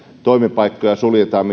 toimipaikkoja suljetaan